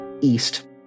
east